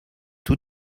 tout